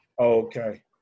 Okay